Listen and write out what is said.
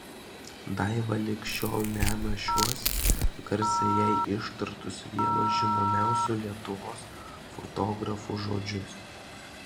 daiva lig šiol mena šiuos garsiai jai ištartus vieno žinomiausių lietuvos fotografų žodžius